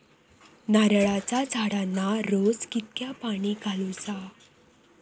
नारळाचा झाडांना रोज कितक्या पाणी घालुचा?